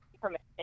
permission